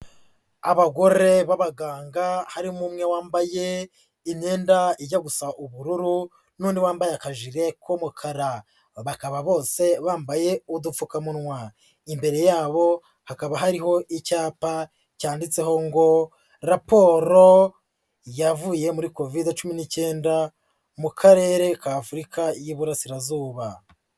Abagore b'abaganga, harimo umwe wambaye imyenda ijya gusa ubururu, n'undi wambaye akajire k'umukara. Bakaba bose bambaye udupfukamunwa. Imbere yabo ,hakaba hariho icyapa cyanditseho ngo "raporo yavuye muri Covid cumi n'icyenda, mu karere k'Afurika y'Iburasirazuba".